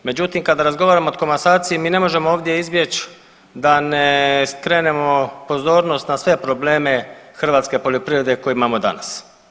Međutim, kada razgovaramo o komasaciji mi ne možemo ovdje izbjeći da ne skrenemo pozornost na sve probleme hrvatske poljoprivrede koju imamo danas.